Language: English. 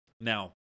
Now